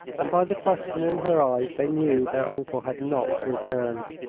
and by the question in her eyes they knew their uncle had not returned.